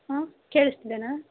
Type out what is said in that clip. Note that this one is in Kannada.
ಹಾಂ ಕೇಳಿಸ್ತಿದೆಯಾ